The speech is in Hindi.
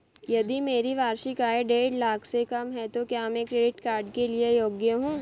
यदि मेरी वार्षिक आय देढ़ लाख से कम है तो क्या मैं क्रेडिट कार्ड के लिए योग्य हूँ?